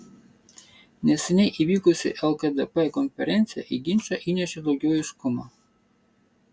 neseniai įvykusi lkdp konferencija į ginčą įnešė daugiau aiškumo